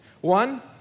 One